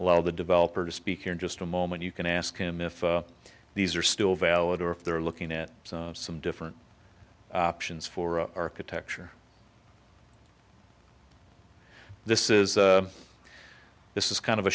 allow the developer to speak in just a moment you can ask him if these are still valid or if they're looking at some different options for architecture this is this is kind of a